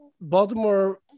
Baltimore